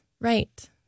right